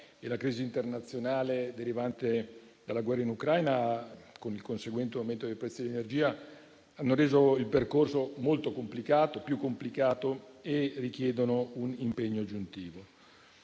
e la crisi internazionale derivante dalla guerra in Ucraina, con il conseguente aumento dei prezzi dell'energia, hanno reso il percorso più complicato e richiedono un impegno aggiuntivo.